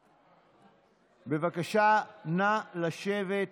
בבקשה, נא לשבת.